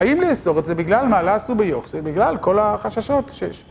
האם לאסור את זה בגלל "מעלה עשו ביוחסין"? בגלל כל החששות שיש.